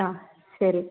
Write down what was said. ആ ശരി